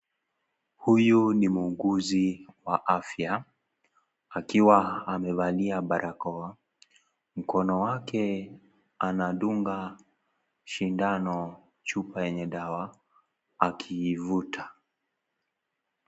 Huyu ni muuguzi wa afya, akiwa amevalia balakoa. Mkono wake anadunga, sindano chupa yenye dawa. Akiivuta.